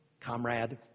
comrade